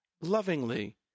lovingly